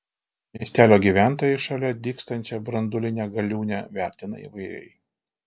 miestelio gyventojai šalia dygstančią branduolinę galiūnę vertina įvairiai